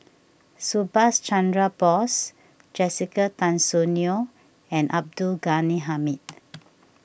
Subhas Chandra Bose Jessica Tan Soon Neo and Abdul Ghani Hamid